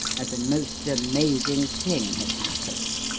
as a most amazing thing had happened.